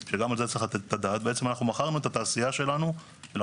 שמייצרים סלים רב פעמיים או אשפתונים.